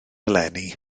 eleni